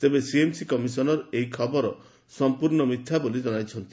ତେବେ ସିଏମ୍ସି କମିଶନର ଏହି ଖବର ସଂପର୍ଶ୍କ ମିଥ୍ୟା ବୋଲି ଜଣାଇଛନ୍ତି